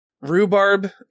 Rhubarb